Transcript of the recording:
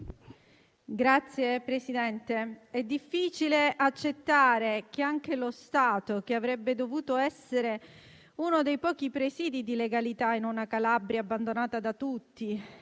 Signor Presidente, è difficile accettare che anche lo Stato, che avrebbe dovuto essere uno dei pochi presidi di legalità in una Calabria abbandonata da tutti,